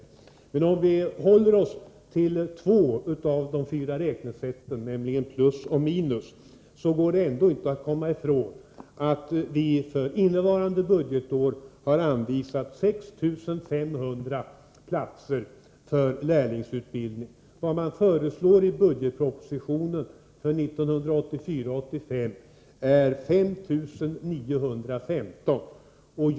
Men även om vi bara håller oss till två av de fyra räknesätten, nämligen plus och minus, går det ändå inte att komma ifrån att vi för innevarande budgetår har anvisat 6 500 platser för lärlingsutbildning. I budgetpropositionen föreslås för budgetåret 1984/85 5 915 platser.